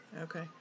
okay